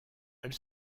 elle